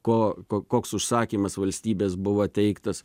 ko ko koks užsakymas valstybės buvo teiktas